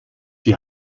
die